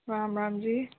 ਰਾਮ ਰਾਮ ਜੀ